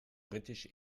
britisch